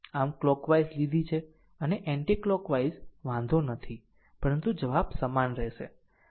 આમ કલોકવાઈઝ લીધી છે અથવા એન્ટી ક્લોક વાઈઝ વાંધો નથી પરંતુ જવાબ સમાન રહેશે